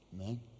Amen